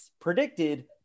predicted